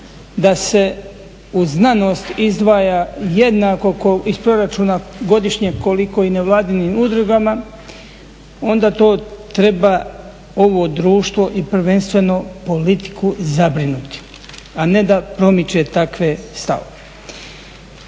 da se u znanost izdvaja jednako kao iz proračuna godišnje koliko i nevladinim udrugama onda to treba ovo društvo i prvenstveno politiku zabrinuti, a ne da promiče takve stavove.